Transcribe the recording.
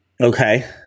Okay